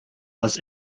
was